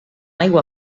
aigua